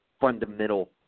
fundamental